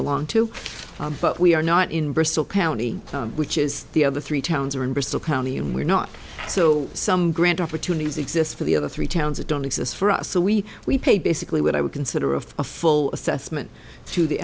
belong to but we are not in bristol county which is the other three towns are in bristol county and we're not so some grant opportunities exist for the other three towns that don't exist for us so we we pay basically what i would consider of a full assessment to the